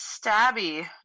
stabby